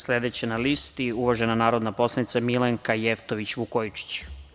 Sledeća na listi, uvažena narodna poslanica Milanka Jevtović Vukojičić.